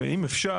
ואם אפשר,